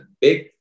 big